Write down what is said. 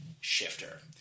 shifter